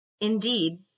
indeed